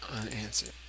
unanswered